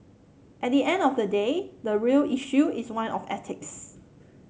at the end of the day the real issue is one of ethics